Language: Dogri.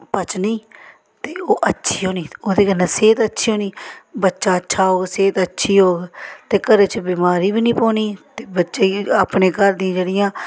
पचनी ते ओह् अच्छी होनी ओह्दे कन्नै सेह्त अच्छी होनी बच्चा अच्छा होग सेह्त अच्छी होग ते घरै च बमारी बी निं पौनी ते बच्चे गी अपने घर दी जेह्ड़ियां